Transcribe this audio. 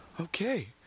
Okay